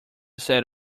sat